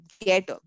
get